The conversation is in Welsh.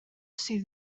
sydd